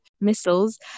missiles